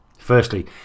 Firstly